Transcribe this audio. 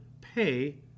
pay